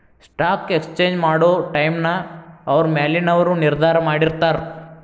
stock exchange ಮಾಡೊ ಟೈಮ್ನ ಅವ್ರ ಮ್ಯಾಲಿನವರು ನಿರ್ಧಾರ ಮಾಡಿರ್ತಾರ